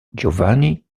giovanni